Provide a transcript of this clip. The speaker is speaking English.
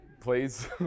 please